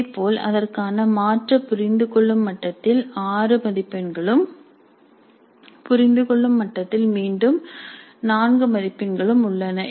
இதேபோல் அதற்கான மாற்று புரிந்துகொள்ளும் மட்டத்தில் 6 மதிப்பெண்களும் புரிந்துகொள்ளும் மட்டத்தில் மீண்டும் 4 மதிப்பெண்களும் உள்ளன